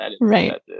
right